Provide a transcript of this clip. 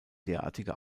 derartige